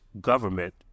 government